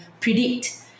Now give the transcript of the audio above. predict